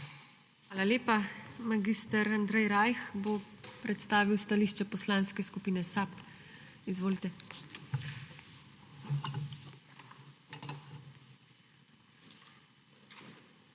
Hvala lepa. Mag. Andrej Rajh bo predstavil stališče Poslanske skupine SAB. Izvolite. **MAG.